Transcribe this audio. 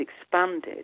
expanded